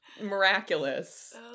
miraculous